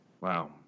Wow